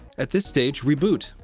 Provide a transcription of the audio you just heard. at this stage, reboot.